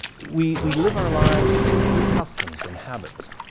we we live our lives with customs and habits.